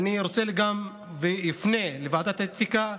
אני רוצה גם לפנות לוועדת האתיקה,